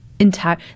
entire